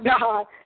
God